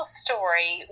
story